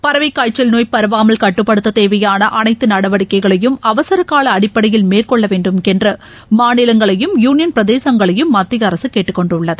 பறவைக் காய்ச்சல் நோய் பரவாமல் கட்டுப்படுத்த தேவையான அனைத்து நடவடிக்கைகளையும் அவசரகால அடிப்படையில் மேற்கொள்ள வேண்டுமென்று மாநிலங்களையும் யுளியன் பிரதேசங்களையும் மத்திய அரசு கேட்டுக் கொண்டுள்ளது